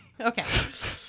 Okay